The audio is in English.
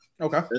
Okay